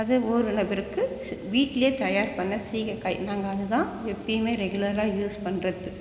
அது ஊறுன பிறகு ஸ் வீட்டிலே தயார் பண்ண சீகக்காய் நாங்கள் அது தான் எப்போயுமே ரெகுலராக யூஸ் பண்ணுறது